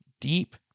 deep